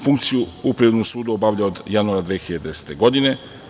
Funkciju u Privrednom sudu obavlja od januara 2010. godine.